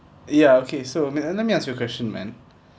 ya okay so I mean let me ask you question man